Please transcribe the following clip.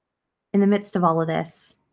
in the midst of all of this,